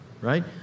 right